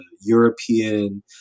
European